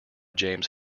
james